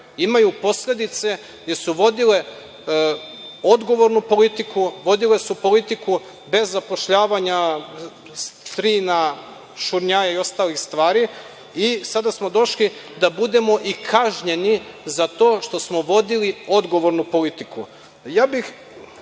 imaju posledice jer su vodile odgovornu politiku, vodile su politiku bez zapošljavanja strina, šurnjaja i ostalih stvari i sada smo došli da budemo i kažnjeni za to što smo vodili odgovornu politiku. Na